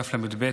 דף ל"ב,